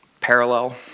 parallel